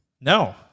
No